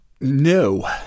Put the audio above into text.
No